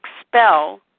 expel